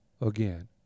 again